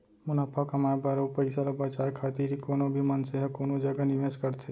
मुनाफा कमाए बर अउ पइसा ल बचाए खातिर ही कोनो भी मनसे ह कोनो जगा निवेस करथे